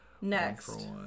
Next